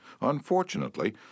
Unfortunately